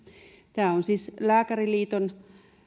tämä on siis lääkäriliiton